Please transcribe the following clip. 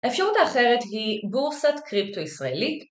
אפשרות האחרת היא בורסת קריפטו ישראלית